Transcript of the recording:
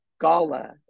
Gala